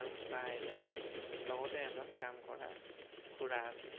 আৰু ককা আইতা লগতে এজন কাম কৰা খুৰা আছে